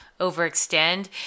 overextend